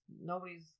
nobody's